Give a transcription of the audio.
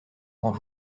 grand